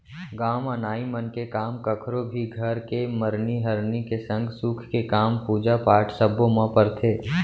गाँव म नाई मन के काम कखरो भी घर के मरनी हरनी के संग सुख के काम, पूजा पाठ सब्बो म परथे